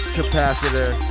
Capacitor